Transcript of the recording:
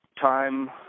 time